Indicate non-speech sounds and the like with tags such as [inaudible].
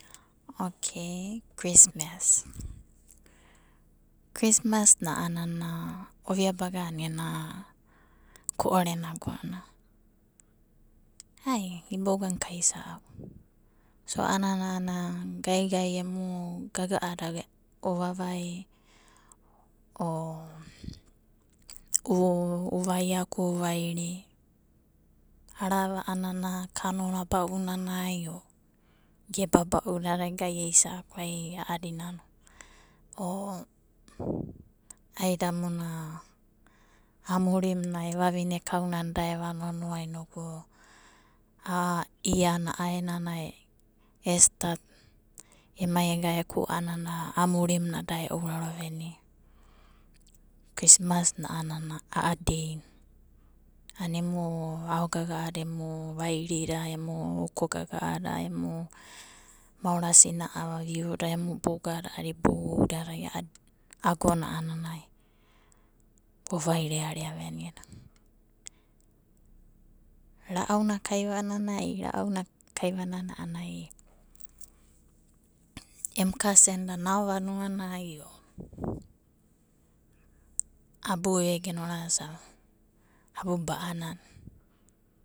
Okei krismas, krismas a'anana ovia bagana ena ko'orena agonanai. Ai ibouganai kaisa'aku anana a'ana gaga'ada ovavai [hesitation] o uvaiaku, uvairi arava a'anana kanona ba'unanai o gebana ba'unanai o gai eisa'aku ai a'adinano. O aidamuna, amurimuna evavine kaunana da eva nonoa inoku a'a iana a'aenanai e stat emai ega eku'a [unintelligible] amurimuna da enouraro venia. Krismas na a'anana a'a deina a'ana emu aogaga'ada ovairida emu uko gaga'ada, emu maora sina'ada viuda, emu bugada a'ada iboudadai agona a'ananai vovairearea venida. Ra'auna kaivananai [unintelligible] a'anai em kasen da nao vanuanai o abu egena orasave abu ba'anana.